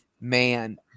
man